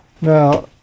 Now